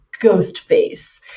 Ghostface